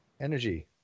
Energy